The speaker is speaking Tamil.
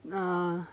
நான்